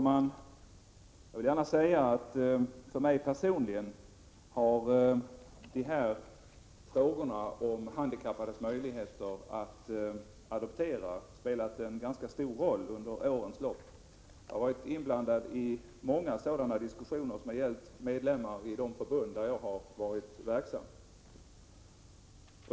Herr talman! För mig personligen har frågorna om handikappades möjligheter att adoptera spelat en ganska stor roll under årens lopp. Jag har varit inblandad i många sådana diskussioner som har gällt medlemmar i de förbund där jag har varit verksam.